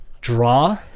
draw